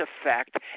effect